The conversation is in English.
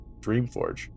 DreamForge